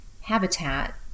habitat